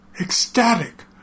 ecstatic